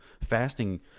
Fasting